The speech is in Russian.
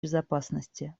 безопасности